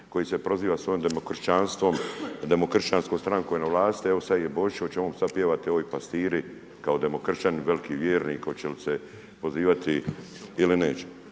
koji se proziva svojom demokršćanstvom, demokršćanskom strankom na vlasti, evo sada je Božić, hoće on sad pjevati Oj pastiri kao demokršćanin, veliki vjernik, hoće li se pozivati ili neće.